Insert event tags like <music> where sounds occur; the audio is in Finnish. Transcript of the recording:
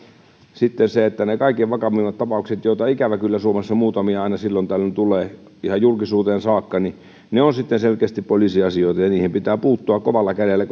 sitten ne kaikkein vakavimmat tapaukset joita ikävä kyllä suomessa muutamia aina silloin tällöin tulee ihan julkisuuteen saakka ovat sitten selkeästi poliisiasioita ja niihin pitää puuttua kovalla kädellä <unintelligible>